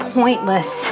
pointless